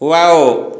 wow